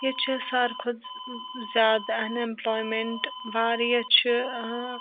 ییٚتہِ چھِ ساروٕے کھۄتہٕ زیادٕ اَن ایٚمپٕلایمیٚنٛٹ واریاہ چھِ ٲں